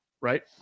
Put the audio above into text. right